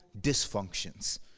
dysfunctions